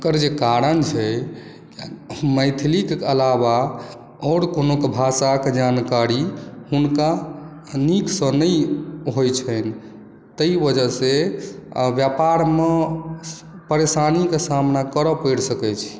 ओकर जे कारण छै मैथिलीक अलावा आओर कोनो भाषाक जानकारी हुनका नीकसँ नहि होइत छनि ताहि वजहसँ व्यापारमे परेशानीके सामना करऽ पड़ि सकैत छै